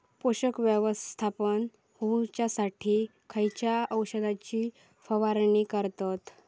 पोषक व्यवस्थापन होऊच्यासाठी खयच्या औषधाची फवारणी करतत?